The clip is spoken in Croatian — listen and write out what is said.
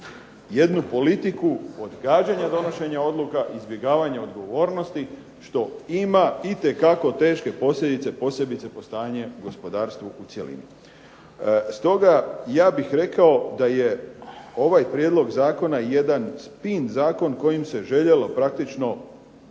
jednu politiku odgađanja donošenja odluka i izbjegavanja odgovornosti što ima itekako teške posljedice, posebice po stanje gospodarstva u cjelini. Stoga ja bih rekao da je ovaj prijedlog zakona jedan spin zakon kojim se željelo praktično